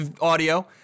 audio